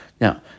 Now